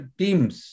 teams